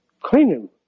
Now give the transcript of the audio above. Cleaning